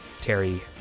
Terry